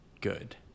good